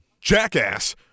jackass